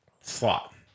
Slot